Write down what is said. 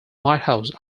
lighthouse